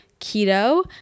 keto